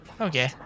okay